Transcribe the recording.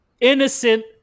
innocent